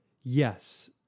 Yes